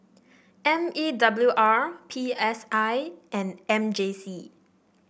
M E W R P S I and M J C